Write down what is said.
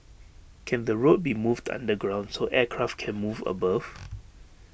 can the road be moved underground so aircraft can move above